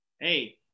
Hey